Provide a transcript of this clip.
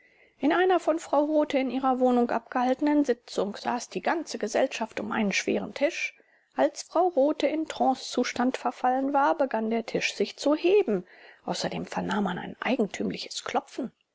in einer von frau rothe in ihrer wohnung abgehaltenen sitzung saß die ganze gesellschaft um einen schweren tisch als frau rothe in trancezustand verfallen war begann der tisch sich zu heben außerdem vernahm man ein eigentümliches klopfen